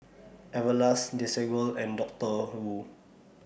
Everlast Desigual and Doctor Wu